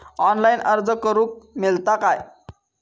Online अर्ज करूक मेलता काय?